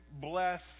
bless